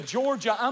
Georgia